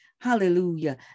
Hallelujah